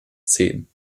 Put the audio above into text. zehn